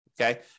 okay